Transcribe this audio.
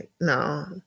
no